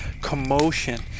commotion